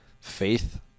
faith